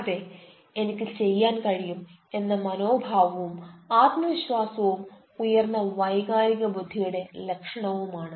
അതെ എനിക്ക് ചെയ്യാൻ കഴിയും എന്ന മനോഭാവവും ആത്മവിശ്വാസവും ഉയർന്ന വൈകാരിക ബുദ്ധിയുടെ ലക്ഷണവുമാണ്